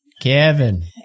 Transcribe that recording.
Kevin